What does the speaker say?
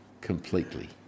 completely